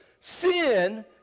Sin